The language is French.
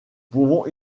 pouvons